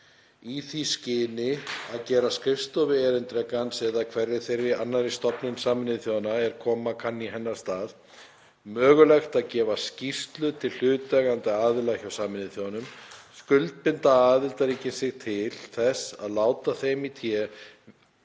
„Í því skyni að gera Skrifstofu erindrekans, eða hverri þeirri annarri stofnun Sameinuðu þjóðanna, er koma kann í hennar stað, mögulegt að gefa skýrslur til hlutaðeigandi aðila hjá Sameinuðu þjóðunum, skuldbinda aðildarríkin sig til þess að láta þeim í té